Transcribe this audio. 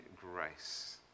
grace